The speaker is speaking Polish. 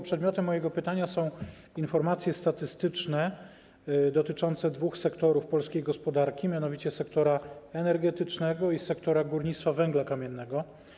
Przedmiotem mojego pytania są informacje statystyczne dotyczące dwóch sektorów polskiej gospodarki, mianowicie sektora energetycznego i sektora górnictwa węgla kamiennego.